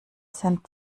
sind